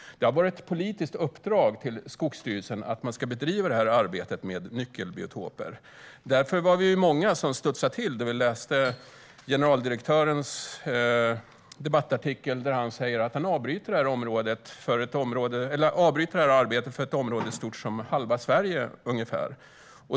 Det har varit ett politiskt uppdrag till Skogsstyrelsen att man ska bedriva detta arbete med nyckelbiotoper. Därför var vi många som studsade till när vi läste generaldirektörens debattartikel där han säger att han avbryter detta arbete för ett område stort som ungefär halva Sverige.